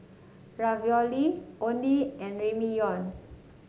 Ravioli Oden and Ramyeon